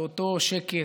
באותו שקט,